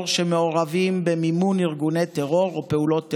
שמעורבים במימון ארגוני טרור ופעולות טרור.